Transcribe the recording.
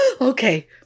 okay